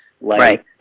Right